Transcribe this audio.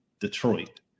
Detroit